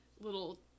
little